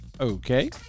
Okay